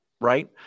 right